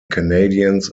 canadians